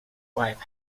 wife